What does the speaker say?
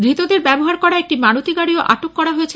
ধৃতদের ব্যবহার করা একটি মারুতি গাড়ীও আটক করেছে